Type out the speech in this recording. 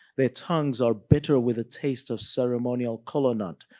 their tongues are bitter with a taste of ceremonial kola nut,